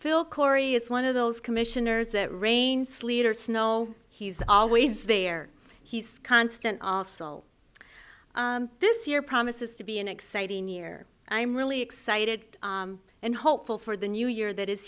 phil corey is one of those commissioners that rain sleet or snow he's always there he's constant this year promises to be an exciting year i'm really excited and hopeful for the new year that is